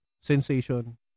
sensation